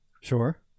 Sure